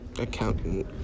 accountant